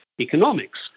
economics